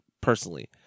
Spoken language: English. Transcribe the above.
personally